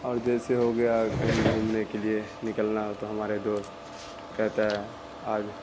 اور جیسے ہو گیا کہیں گھومنے کے لیے نکلنا ہو تو ہمارے دوست کہتا ہے آج